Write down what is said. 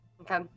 Okay